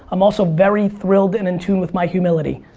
i'm also very thrilled and in tune with my humility.